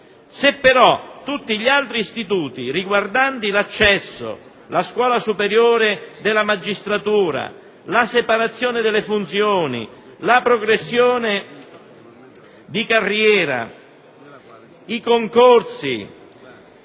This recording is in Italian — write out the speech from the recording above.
Se tutti gli altri istituti riguardanti l'accesso, la scuola superiore della magistratura, la separazione delle funzioni, la progressione di carriera, i concorsi,